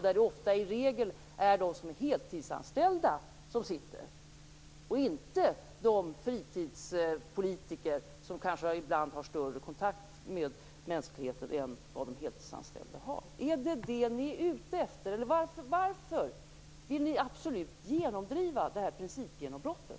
Där sitter i regel de som är heltidsanställda och inte de fritidspolitiker som ibland kanske har större kontakt med mänskligheten än de heltidsanställda. Är det detta ni är ute efter? Eller varför vill ni absolut genomdriva det här principgenombrottet?